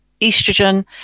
estrogen